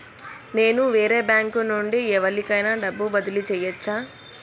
నేను వేరే బ్యాంకు నుండి ఎవలికైనా డబ్బు బదిలీ చేయచ్చా?